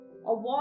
avoid